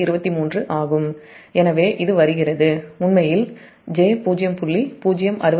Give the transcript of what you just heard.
23 ஆகும் எனவே இது உண்மையில் j0